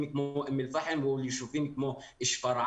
כמו אום אל פאחם או יישובים כמו שפרעם,